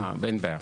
אין בעיה.